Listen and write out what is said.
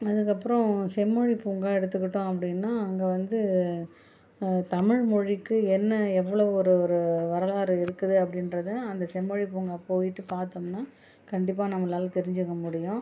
அதுக்கப்புறம் செம்மொழி பூங்கா எடுத்துக்கிட்டோம் அப்படின்னா அங்கே வந்து தமிழ் மொழிக்கு என்ன எவ்வளோ ஒரு ஒரு வரலாறு இருக்குது அப்படின்றத அந்த செம்மொழி பூங்கா போயிட்டு பார்த்தோம்ன்னா கண்டிப்பா நம்மளால் தெரிஞ்சிக்க முடியும்